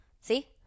See